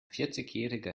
vierzigjähriger